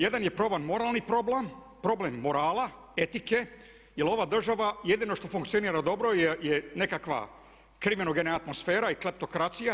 Jedan je problem moralni problem, problem morala, etike jer ova država jedino što funkcionira dobro je nekakva kriminogena atmosfera i kleptokracija.